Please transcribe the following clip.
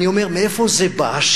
אני אומר: מאיפה זה בא,